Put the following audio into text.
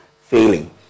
failing